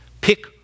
Pick